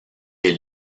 des